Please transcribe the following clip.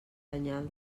senyal